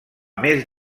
més